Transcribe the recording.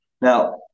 Now